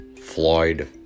Floyd